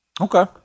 Okay